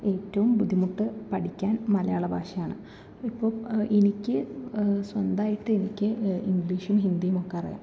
ഏറ്റവും ബുദ്ധിമുട്ട് പഠിക്കാൻ മലയാള ഭാഷയാണ് ഇപ്പോൾ എനിക്ക് സ്വന്തമായിട്ട് എനിക്ക് ഇംഗ്ലീഷും ഹിന്ദിയുമൊക്കെ അറിയാം